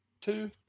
two